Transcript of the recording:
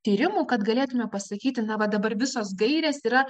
tyrimų kad galėtume pasakyti na va dabar visos gairės yra